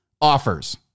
offers